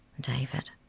David